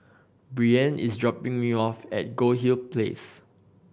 Breann is dropping me off at Goldhill Place